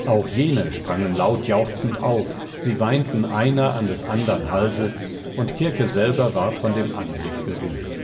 auch jene sprangen laut jauchzend auf sie weinten einer an des andern halse und kirke selber ward von dem anblick gerührt